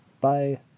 bye